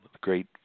great